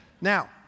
Now